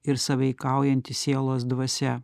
ir sąveikaujanti sielos dvasia